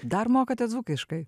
dar mokate dzūkiškai